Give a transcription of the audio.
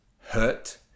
hurt